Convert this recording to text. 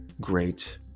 great